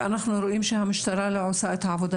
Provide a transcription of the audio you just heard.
ואנחנו רואים שהמשטרה לא עושה את העבודה